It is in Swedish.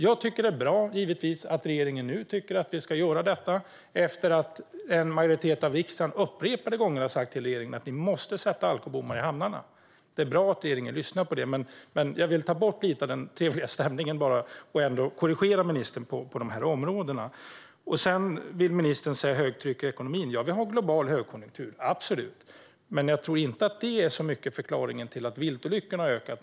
Efter att en majoritet av riksdagen upprepade gånger har sagt till regeringen att ni måste sätta alkobommar i hamnarna tycker jag givetvis att det är bra att regeringen nu tycker att vi ska göra detta. Det är bra att regeringen lyssnar på detta, men jag ville ändå ta bort lite av den trevliga stämningen och korrigera ministern på dessa områden. Sedan vill ministern tala om högtryck i ekonomin. Vi har en global högkonjunktur - absolut. Men jag tror inte att det är en så stor del av förklaringen till att viltolyckorna ökar.